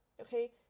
Okay